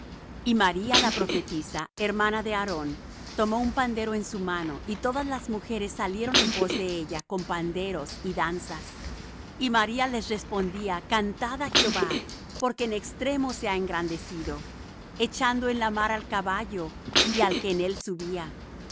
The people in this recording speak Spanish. y maría la profetisa hermana de aarón tomó un pandero en su mano y todas las mujeres salieron en pos de ella con panderos y danzas y maría les respondía cantad á jehová porque en extremo se ha engrandecido echando en la mar al caballo y al que en él subía